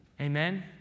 Amen